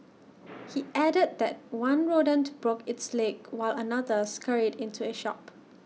he added that one rodent broke its leg while another scurried into A shop